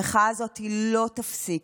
המחאה הזאת לא תיפסק.